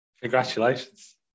congratulations